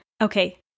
Okay